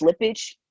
slippage